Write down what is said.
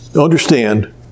Understand